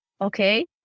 okay